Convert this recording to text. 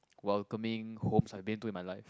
welcoming homes I've been to in my life